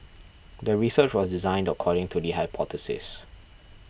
the research was designed according to the hypothesis